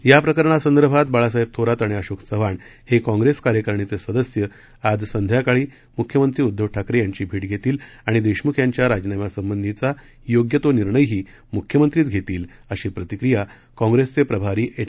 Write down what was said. या प्रकरणासंदर्भात बाळासाहेब थोरात आणि अशोक चव्हाण हे काँप्रेस कार्यकारिणीचे सदस्य आज संध्याकाळी मुख्यमंत्री उद्दव ठाकरे यांची भे धेतील आणि देशमुख यांच्या राजीनाम्यासंबंधीचा योग्य तो निर्णयही मुख्यमंत्रीच घेतील अशी प्रतिक्रिया काँग्रेसचे प्रभारी एच